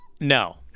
No